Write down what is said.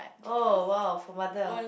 oh !wow! for mother